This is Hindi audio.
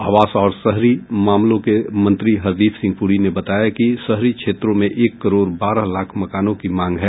आवास और शहरी मामलों के मंत्री हरदीप सिंह पुरी ने बताया कि शहरी क्षेत्रों में एक करोड़ बारह लाख मकानों की मांग है